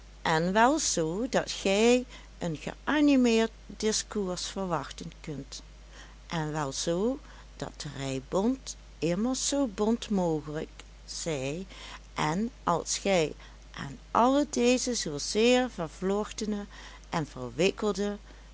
en wel zoo dat gij een geanimeerd discours verwachten kunt en wel zoo dat de rij bont immers zoo bont mogelijk zij en als gij aan alle deze zoo zeer vervlochtene en verwikkelde